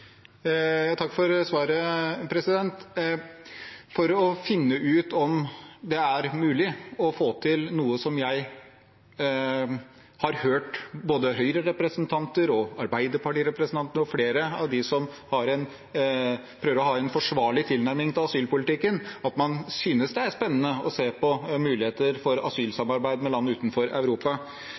Takk for svaret. Det handler om å finne ut om det er mulig å få til noe som jeg har hørt fra både Høyre-representanter og Arbeiderparti-representanter og flere av dem som prøver å ha en forsvarlig tilnærming til asylpolitikken – at man synes det er spennende å se på muligheter for asylsamarbeid med land utenfor Europa.